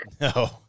No